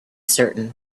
certain